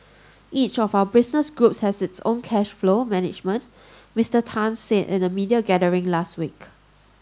each of our business groups has its own cash flow management Mister Tan said in a media gathering last week